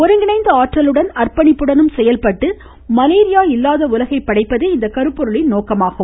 ஒருங்கிணைந்த ஆற்றலுடன் அர்ப்பணிப்புடனும் செயல்பட்டு மலேரியா இல்லாத உலகை படைப்பதே இந்த கருப்பொருளின் நோக்கம் ஆகும்